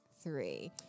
three